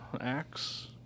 axe